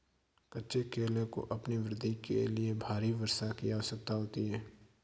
कच्चे केले को अपनी वृद्धि के लिए भारी वर्षा की आवश्यकता होती है